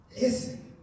Listen